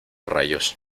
rayos